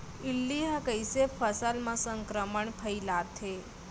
इल्ली ह कइसे फसल म संक्रमण फइलाथे?